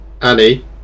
Annie